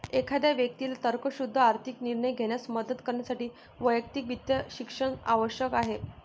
एखाद्या व्यक्तीला तर्कशुद्ध आर्थिक निर्णय घेण्यास मदत करण्यासाठी वैयक्तिक वित्त शिक्षण आवश्यक आहे